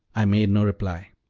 i made no reply.